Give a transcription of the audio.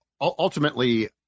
ultimately –